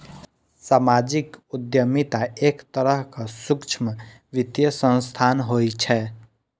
सामाजिक उद्यमिता एक तरहक सूक्ष्म वित्तीय संस्थान होइ छै